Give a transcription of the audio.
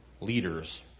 leaders